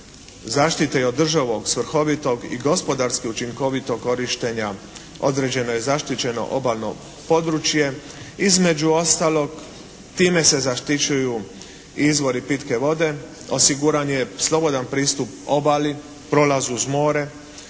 zaštite i održivog svrhovitog i gospodarski učinkovitog korištenja određeno je i zaštićeno obalno područje. Između ostalog, time se zaštićuju i izvori pitke vode, osiguran je slobodan pristup obali, prolaz uz more,